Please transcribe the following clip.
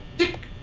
dick!